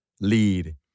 lead